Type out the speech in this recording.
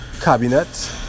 cabinet